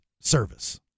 service